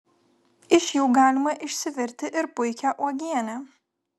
iš jų galima išsivirti ir puikią uogienę